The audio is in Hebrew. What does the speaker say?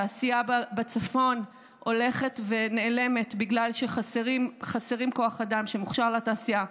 התעשייה בצפון הולכת ונעלמת בגלל שחסר כוח אדם שמוכשר לתעשייה.